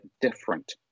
different